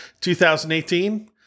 2018